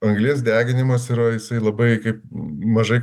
anglies deginimas yra jisai labai kaip mažai